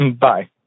Bye